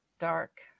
dark